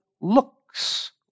looks